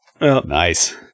Nice